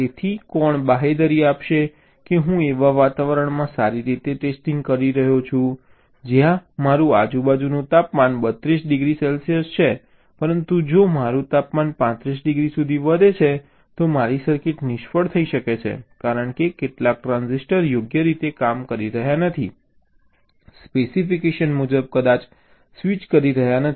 તેથી કોણ બાંહેધરી આપશે કે હું એવા વાતાવરણમાં સારી રીતે ટેસ્ટિંગ કરી રહ્યો છું જ્યાં મારું આજુબાજુનું તાપમાન 32 ડિગ્રી સેલ્સિયસ છે પરંતુ જો મારું તાપમાન 35 ડિગ્રી સુધી વધે છે તો મારી સર્કિટ નિષ્ફળ થઈ શકે છે કારણ કે કેટલાક ટ્રાંઝિસ્ટર યોગ્ય રીતે કામ કરી રહ્યાં નથી સ્પેસિફિકેશન મુજબ કદાચ સ્વિચ કરી રહ્યાં નથી